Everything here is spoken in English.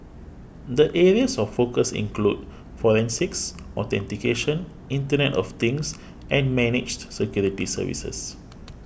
the areas of focus include forensics authentication internet of Things and managed security services